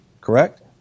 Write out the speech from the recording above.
correct